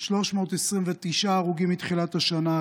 329 הרוגים מתחילת השנה,